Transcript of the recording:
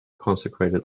consecrated